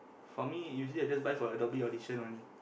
for me usually I just buy for Adobe audition only